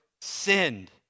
sinned